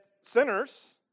sinners